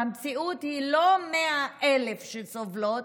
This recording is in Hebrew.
המציאות היא לא 100,000 שסובלות,